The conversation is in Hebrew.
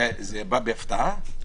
זה בא בהפתעה?